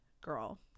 Girl